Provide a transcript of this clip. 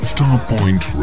Starpoint